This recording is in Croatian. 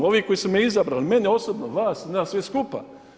Ovi koji su me izabrali, mene osobno, vas i nas sve skupa.